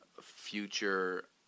future